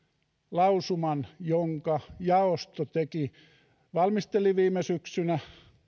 lausuman jonka jaosto teki valmisteli viime syksynä